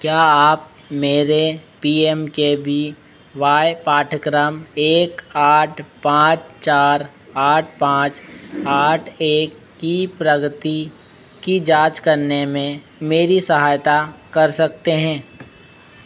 क्या आप मेरे P M K B Y पाठ्यक्रम एक आठ पाँच चार आठ पाँच आठ एक की प्रगति कि जाँच करने में मेरी सहायता कर सकते हैं